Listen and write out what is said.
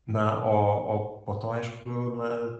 na o o po to aišku na